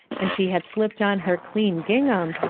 and she had slipped on her clean gingham,